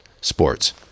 sports